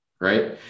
right